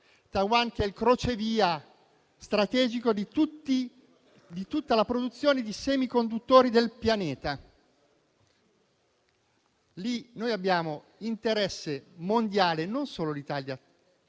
Taiwan è il crocevia strategico di tutta la produzione di semiconduttori del pianeta. Lì esiste un interesse mondiale. Non solo l'Italia,